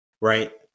right